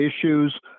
issues